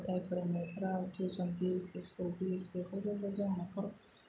ग'थाय फोरोंनायफ्राव tuition fees school fees बेफोरजोंबो जों नखर